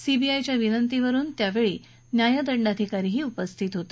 सीबीआयच्या विनंतीवरुन त्यावेळी न्यायदंडाधिकारीही उपस्थित होते